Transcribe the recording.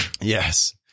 Yes